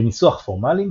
בניסוח פורמלי,